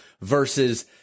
versus